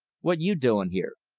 what you doing here?